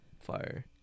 fire